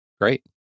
great